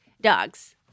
dogs